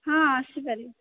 ହଁ ଆସିପାରିବି